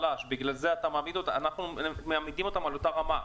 אנחנו מעמידים אותם ואת בעלי האולמות באותה רמה,